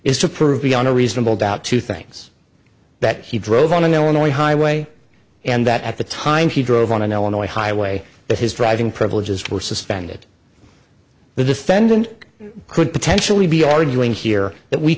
is to prove beyond a reasonable doubt two things that he drove on in illinois highway and that at the time he drove on an illinois highway that his driving privileges were suspended the defendant could potentially be arguing here that we